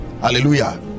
Hallelujah